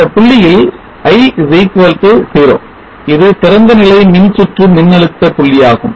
இந்த புள்ளியில் I 0 இது திறந்தநிலை மின்சுற்று மின்னழுத்த புள்ளியாகும்